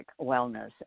wellness